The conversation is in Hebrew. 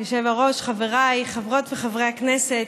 היושב-ראש, חבריי, חברות וחברי הכנסת,